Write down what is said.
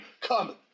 Come